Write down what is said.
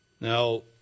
Now